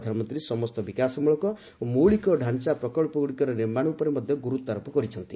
ପ୍ରଧାନମନ୍ତ୍ରୀ ସମସ୍ତ ବିକାଶମଳକ ଓ ମୌଳିକ ଡାଞ୍ଚା ପ୍ରକଳ୍ପଗୁଡ଼ିକର ନିର୍ମାଣ ଉପରେ ମଧ୍ୟ ଗୁରୁତ୍ୱ ଆରୋପ କରିଛନ୍ତି